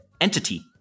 entity